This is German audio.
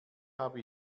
habe